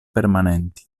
permanenti